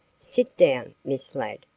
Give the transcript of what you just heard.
sit down, miss ladd,